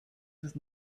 das